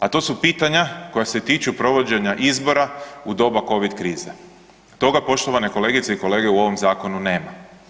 A to su pitanja koja se tiču provođenja izbora u doba covid krize, toga poštovane kolegice i kolege u ovom zakonu nema.